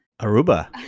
Aruba